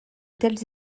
tels